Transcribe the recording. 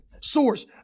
Source